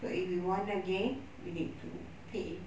so if you want again you need to pay